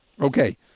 Okay